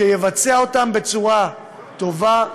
שיבצע אותם בצורה טובה,